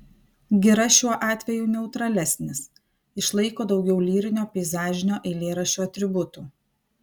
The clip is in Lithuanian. gira šiuo atveju neutralesnis išlaiko daugiau lyrinio peizažinio eilėraščio atributų